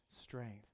strength